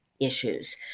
issues